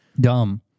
dumb